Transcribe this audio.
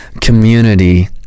community